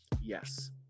Yes